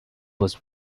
was